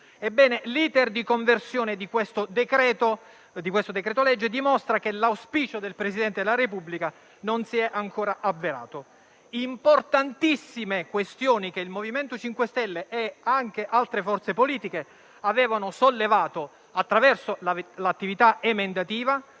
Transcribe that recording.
l'*iter* di conversione di questo decreto-legge dimostra che l'auspicio del Presidente della Repubblica non si è ancora avverato. Importantissime questioni, che il MoVimento 5 Stelle e anche altre forze politiche avevano sollevato attraverso l'attività emendativa,